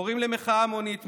קוראים למחאה המונית,